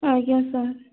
ଆଜ୍ଞା ସାର୍